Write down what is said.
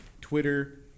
twitter